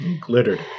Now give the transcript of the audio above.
Glittered